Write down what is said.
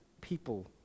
people